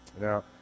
Now